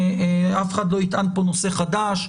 אף אחד לא יטען פה נושא חדש.